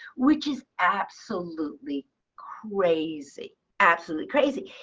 which is absolutely crazy, absolutely crazy.